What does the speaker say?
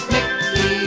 Mickey